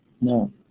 No